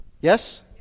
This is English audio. Yes